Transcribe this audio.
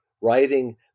writing